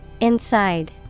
Inside